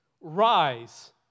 Rise